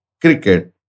cricket